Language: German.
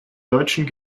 deutschen